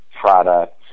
product